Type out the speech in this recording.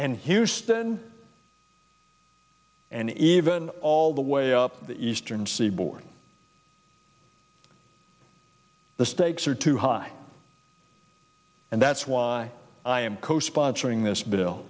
and houston and even all the way up the eastern seaboard the stakes are too high and that's why i am co sponsoring this bill